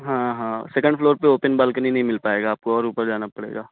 ہاں ہاں second floor پہ اوپن بالکنی نہیں مل پائے گا آپ کو اور اوپر جانا پڑے گا